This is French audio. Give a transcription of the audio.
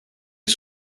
est